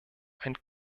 ein